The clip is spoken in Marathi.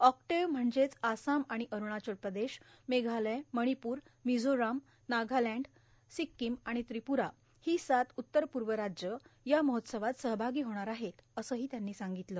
ऑक्टेव्ह म्हणजेच आसाम आणि अरूणाचल प्रदेश मेघालय मणिपूर मिझोराम नागालँड सिक्कीम आणि त्रिपुरा ही सात उत्तर पूर्व राज्य या महोत्सवात सहभागी होणार आहेत असंही त्यांनी सांगितलं